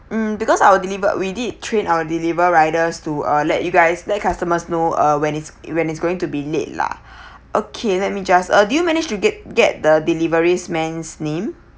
mm because our deliver we did train our deliver riders to uh let you guys let customers know uh when it's when it's going to be late lah okay let me just uh do you manage to get get the deliveries man's name